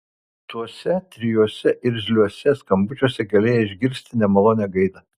tuose trijuose irzliuose skambučiuose galėjai išgirsti nemalonią gaidą